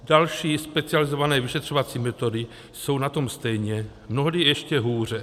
Další specializované vyšetřovací metody jsou na tom stejně, mnohdy ještě hůře.